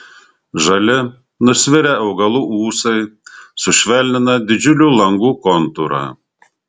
žali nusvirę augalų ūsai sušvelnina didžiulių langų kontūrą